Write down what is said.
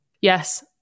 Yes